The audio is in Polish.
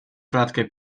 klatkę